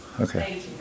Okay